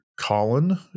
Colin